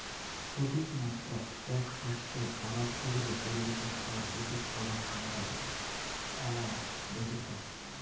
অধিকমাত্রাত এ্যাক শস্য আবাদ করিলে পরিবেশত তার অধিক প্রভাব হামরা এ্যালায় দ্যাখির পাই